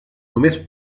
només